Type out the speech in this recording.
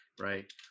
right